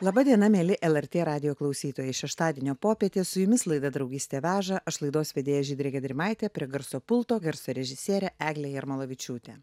laba diena mieli lrt radijo klausytojai šeštadienio popietė su jumis laida draugystė veža aš laidos vedėja žydrė gedrimaitė prie garso pulto garso režisierė eglė jarmolavičiūtė